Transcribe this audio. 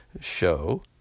show